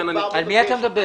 על מי אתה מדבר?